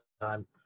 time